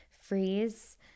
Freeze